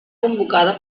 convocada